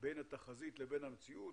בין התחזיות למציאות.